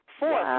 four